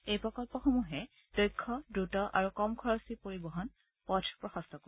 এই প্ৰকল্পসমূহে দক্ষ দ্ৰুত আৰু কম খৰচী পৰিবহণৰ পথ প্ৰশস্ত কৰিব